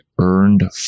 earned